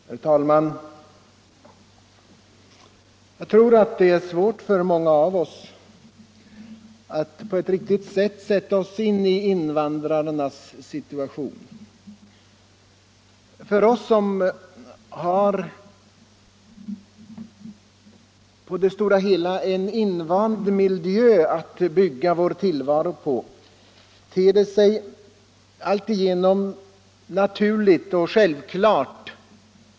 Herr talman! Jag tror att det för många av oss är svårt att riktigt sätta oss in i invandrarnas situation. För oss som har en i det stora hela invand miljö att bygga vår tillvaro på ter sig det mesta i vår omgivning naturligt och självklart.